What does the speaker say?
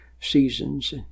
seasons